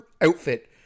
outfit